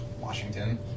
Washington